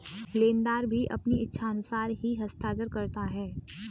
लेनदार भी अपनी इच्छानुसार ही हस्ताक्षर करता है